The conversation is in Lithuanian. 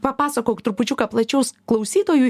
papasakok trupučiuką plačiau klausytojui